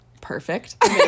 Perfect